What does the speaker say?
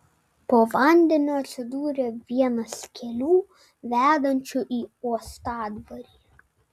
po vandeniu atsidūrė vienas kelių vedančių į uostadvarį